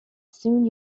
soon